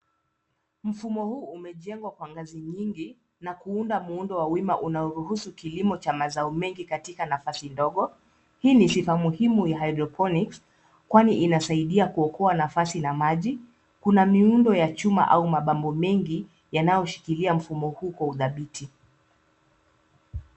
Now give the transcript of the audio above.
Mfumo huu umejengwa kwa ngazi nyingi na kuunda mfumo wa wima unaoruhusu kilimo cha mazao mengi katika nafasi ndogo. Hii ni sifa muhimu ya hydrponics kwani inasaidia kuokoa nafasi na maji. Kuna miundo ya chuma au mabambo mengi yanayoshikilia mfumo huu kwa uthabiti.